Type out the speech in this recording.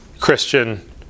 Christian